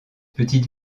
petite